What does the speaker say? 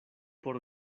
por